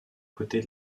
côtés